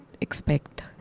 expect